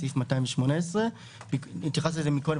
סעיף 218. התייחסת לזה מקודם,